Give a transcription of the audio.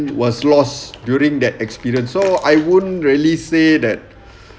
was lost during that experience so I wouldn't really say that